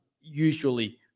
usually